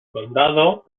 condado